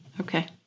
Okay